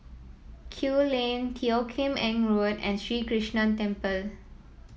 Kew Lane Teo Kim Eng Road and Sri Krishnan Temple